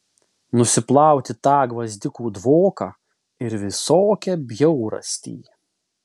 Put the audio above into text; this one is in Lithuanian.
nusiplauti tą gvazdikų dvoką ir visokią bjaurastį